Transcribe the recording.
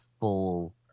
full